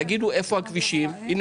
תגידו איפה הכבישים - הנה,